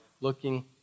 looking